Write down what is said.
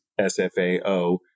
SFAO